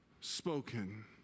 spoken